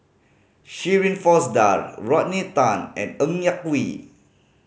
Shirin Fozdar Rodney Tan and Ng Yak Whee